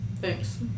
Thanks